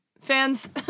Fans